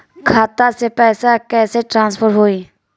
खाता से पैसा कईसे ट्रासर्फर होई?